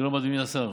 שלום, אדוני השר.